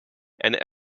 and